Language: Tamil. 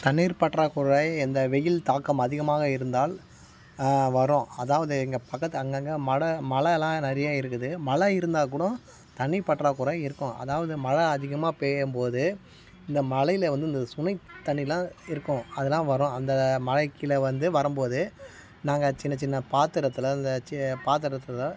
தண்ணீர் பற்றாக்குறை இந்த வெயில் தாக்கம் அதிகமாக இருந்தால் வரும் அதாவது எங்கள் பக்க அங்கங்கே மட மலைலாம் நிறையா இருக்குது மலை இருந்தால் கூடோ தண்ணி பற்றாக்குறை இருக்கும் அதாவது மழை அதிகமாக பேயும் போது இந்த மலையில் வந்து இந்த ஸ்விம்மிங் தண்ணில்லாம் இருக்கும் அதெல்லாம் வரும் அந்த மலைக் கீழே வந்து வரும் போது நாங்கள் சின்னச் சின்ன பாத்திரத்துல அந்த சி பாத்திரத்துல